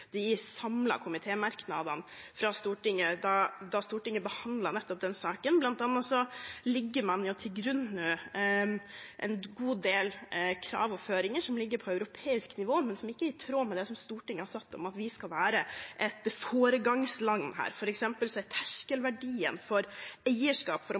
de samlede komitémerknadene fra Stortinget, da Stortinget behandlet den saken. Blant annet legger man nå til grunn en god del krav og føringer som ligger på europeisk nivå, men som ikke er i tråd med det som Stortinget har sagt om at vi skal være et foregangsland her. For eksempel er terskelverdien for eierskap for